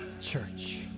church